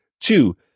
Two